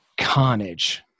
carnage